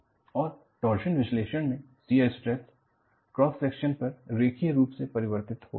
और टॉर्शन विश्लेषण में शियर स्ट्रेस क्रॉस सेक्शन पर रैखिक रूप से परिवर्तित होता है